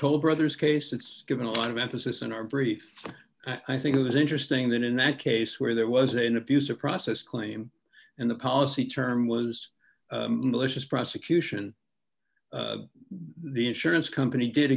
toll brothers case it's given a lot of emphasis in our brief i think it was interesting that in that case where there was an abuse of process claim and the policy term was malicious prosecution the insurance company did